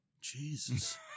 Jesus